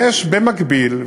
יש במקביל,